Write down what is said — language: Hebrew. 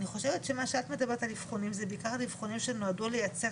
זה מה שאני שומעת בכל הסיורים שאני עושה.